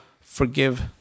forgive